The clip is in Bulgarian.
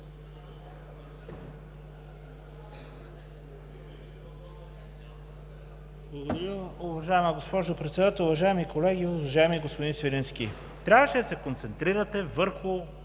Уважаема госпожо Председател, уважаеми колеги! Уважаеми господин Свиленски, трябваше да се концентрирате върху